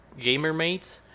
gamermates